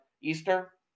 Easter